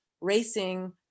racing